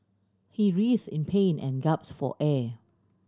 he writhe in pain and gaps for air